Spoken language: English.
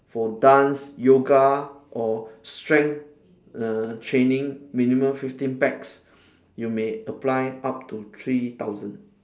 for dance yoga or strength err training minimum fifteen pax you may apply up to three thousand